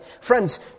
Friends